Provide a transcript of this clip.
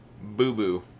boo-boo